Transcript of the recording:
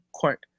Court